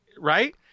Right